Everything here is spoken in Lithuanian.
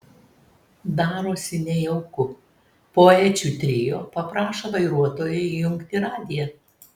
darosi nejauku poečių trio paprašo vairuotojo įjungti radiją